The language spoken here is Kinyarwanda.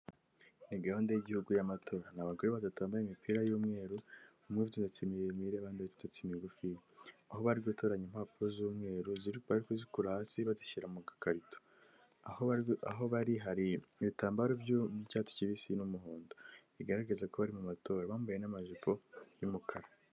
Ni gahunda y'igihugu y'amatora ni abagore batatu bambaye imipira y'umweru umwe afite imisatsi miremire undi afite imisatsi migufiya aho bari gutunganya impapuro z'umweru zi kuzikura hasi bazishyira mu gakarito aho bari hari ibitambaro by'icyatsi kibisi n'umuhondo bigaragaza ko bari mu matora bambaye n'amajipo y'umukara.